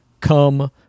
come